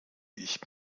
ich